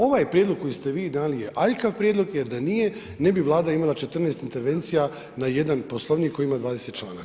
Ovaj prijedlog koji ste vi dali je aljkav prijedlog jer da nije ne bi Vlada imala 14 intervencija na jedan poslovnik koji ima 20 članaka.